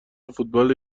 فوتبال